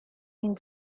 means